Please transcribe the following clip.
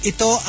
Ito